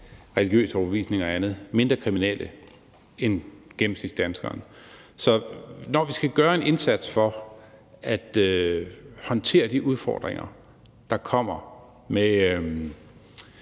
religiøse overbevisninger og andet – mindre kriminelle end gennemsnitsdanskeren. Så når vi skal gøre en indsats for at håndtere de udfordringer, der kommer med